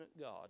God